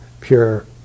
pure